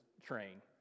train